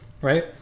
right